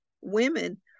women